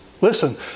Listen